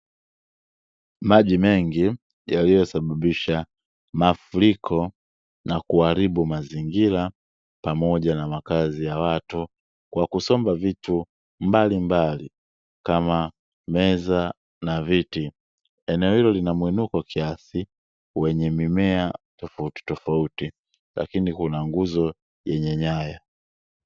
Maji mengi yaliyosababisha mafuriko na kuharibu mazingira pamoja na makazi ya watu, kwa kusomba vitu mbalimbali kama meza na viti, eneo hilo lina muinuko kiasi wenye mimea tofauti tofauti lakini kuna nguzo yenye nyaya.